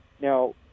Now